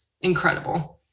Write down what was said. incredible